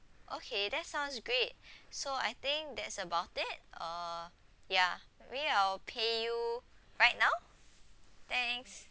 okay that sounds great so I think that's about it uh yeah may I pay you right now thanks